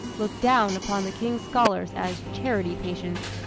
looked down upon the king's scholars as charity patients.